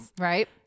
right